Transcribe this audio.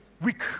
weak